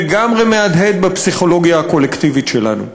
לגמרי מהדהד בפסיכולוגיה הקולקטיבית שלנו.